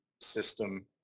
system